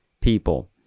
people